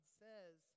says